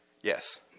Yes